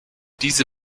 diese